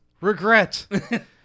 regret